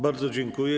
Bardzo dziękuję.